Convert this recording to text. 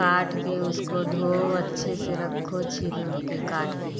काट के उसको धोओ अच्छे से रखो छील ओल के काट के